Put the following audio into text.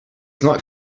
not